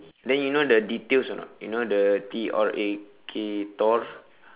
then you know the details or not you know the T R A K tor